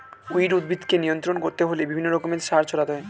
weed উদ্ভিদকে নিয়ন্ত্রণ করতে হলে বিভিন্ন রকমের সার ছড়াতে হয়